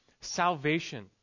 Salvation